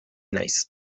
naiz